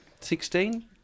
sixteen